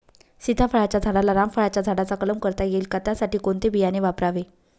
सीताफळाच्या झाडाला रामफळाच्या झाडाचा कलम करता येईल का, त्यासाठी कोणते बियाणे वापरावे?